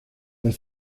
wenn